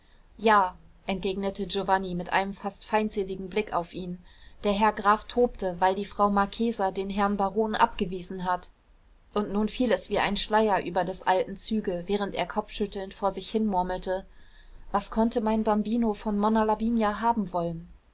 ja entgegnete giovanni mit einem fast feindseligen blick auf ihn der herr graf tobte weil die frau marchesa den herrn baron abgewiesen hat und nun fiel es wie ein schleier über des alten züge während er kopfschüttelnd vor sich hinmurmelte was konnte mein bambino von monna lavinia haben wollen